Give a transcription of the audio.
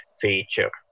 feature